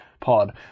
pod